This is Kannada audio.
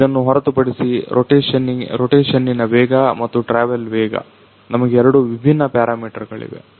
ಇದನ್ನು ಹೊರತುಪಡಿಸಿ ರೊಟೆಶನ್ನಿನ ವೇಗ ಮತ್ತು ಟ್ರಾವೆಲ್ ವೇಗ ನಮಗೆ ಎರಡು ವಿಭಿನ್ನ ಪ್ಯಾರಮೀಟರ್ ಗಳಿವೆ